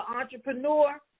entrepreneur